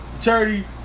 Charity